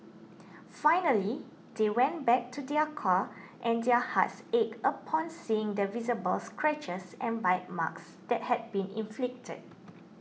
finally they went back to their car and their hearts ached upon seeing the visible scratches and bite marks that had been inflicted